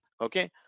okay